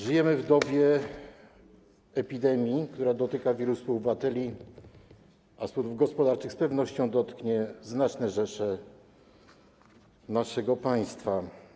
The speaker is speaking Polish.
Żyjemy w dobie epidemii, która dotyka wielu współobywateli, a z powodów gospodarczych z pewnością dotknie znaczne rzesze naszego państwa.